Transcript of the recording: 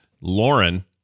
Lauren